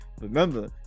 Remember